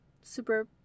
super